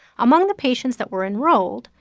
among the patients that were enrolled,